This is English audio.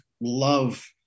love